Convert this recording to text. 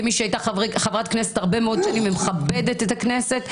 כמי שהייתה חברת כנסת הרבה מאוד שנים ומכבדת את הכנסת,